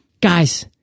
Guys